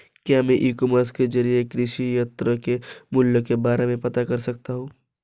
क्या मैं e commerce के ज़रिए कृषि यंत्र के मूल्य के बारे में पता कर सकता हूँ?